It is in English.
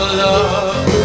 love